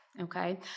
Okay